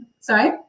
Sorry